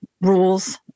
rules